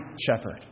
shepherd